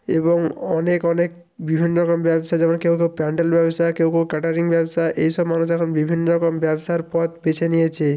এবং অনেক অনেক বিভিন্ন রকম ব্যবসা যেমন কেউ কেউ প্যান্ডেল ব্যবসা কেউ কেউ ক্যাটারিং ব্যবসা এই সব মানুষ এখন বিভিন্ন রকম ব্যবসার পথ বেছে নিয়েছে